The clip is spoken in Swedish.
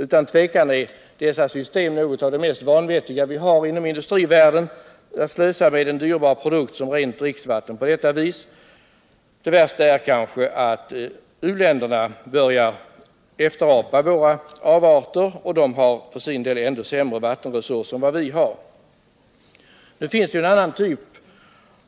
Utan tvivel är detta slöseri med en så dyrbar produkt som rent dricksvatten något av de mest vanvettiga i industrivärlden. Det värsta är kanske att människorna i u-länderna börjar efterapa vårt missbruk, och de har f. ö. ännu sämre vatenresurser än vi. för befintlig bebyg Det finns en annan typ